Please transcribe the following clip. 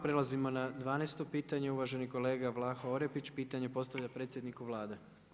Prelazimo na 12. pitanje, uvaženi kolega Vlaho Orepić pitanje postavlja predsjedniku Vlade.